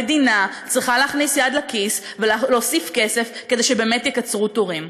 המדינה צריכה להכניס יד לכיס ולהוסיף כסף כדי שבאמת יקצרו תורים.